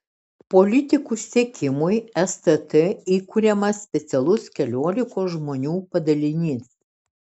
politikų sekimui stt įkuriamas specialus keliolikos žmonių padalinys